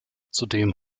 zudem